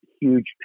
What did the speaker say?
huge